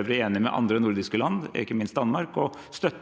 øvrig enige med andre nordiske land, ikke minst Danmark, og vi støtter